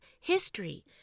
history